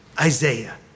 Isaiah